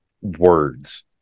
words